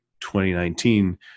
2019